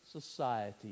society